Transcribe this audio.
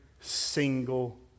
single